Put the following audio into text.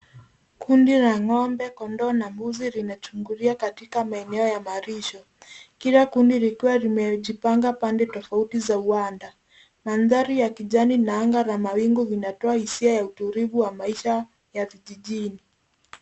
Kundi la ng'ombe, kondoo na mbuzi linachungulia katika maeneo ya malisho kila kundi likiwa limejipanga pande tofauti za uwanja. Mandhri ya kijani na anga la mawingu linatoa hisia ya utulivu wa maisha ya vijijini.